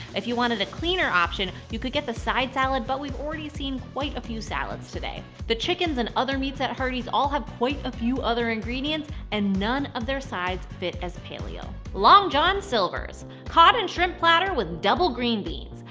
if you wanted a cleaner option, you could get the side salad, but we've already seen quite a few salads today. the chickens and other meats at hardee's all have quite a few other ingredients, and none of their sides fit as paleo. long john silver's cod and shrimp platter with double green beans.